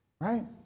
Right